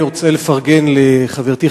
אני רוצה לפרגן לחברתי,